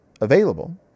available